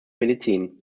medizin